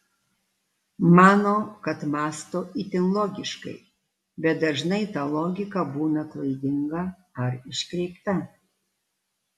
mano kad mąsto itin logiškai bet dažnai ta logika būna klaidinga ar iškreipta